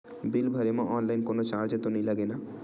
Bill भरे मा online कोनो चार्ज तो नई लागे ना?